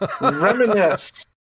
Reminisce